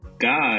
God